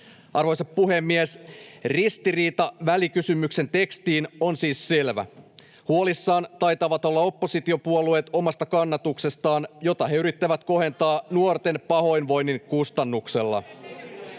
Arvoisa puhemies! Ristiriita välikysymyksen tekstiin on siis selvä. Huolissaan taitavat olla oppositiopuolueet omasta kannatuksestaan, jota he yrittävät kohentaa nuorten pahoinvoinnin kustannuksella.